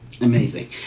Amazing